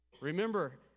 Remember